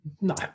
no